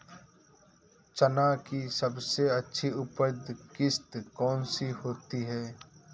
चना की सबसे अच्छी उपज किश्त कौन सी होती है?